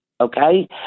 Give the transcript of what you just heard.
okay